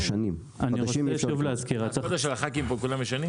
הסקודה של הח"כים, כולם ישנים?